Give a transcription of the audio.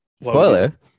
Spoiler